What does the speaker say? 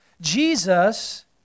Jesus